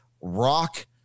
rock